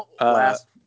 Last